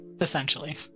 essentially